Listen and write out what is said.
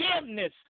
forgiveness